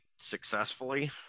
successfully